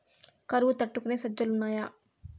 కరువు తట్టుకునే సజ్జలు ఉన్నాయా